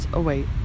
await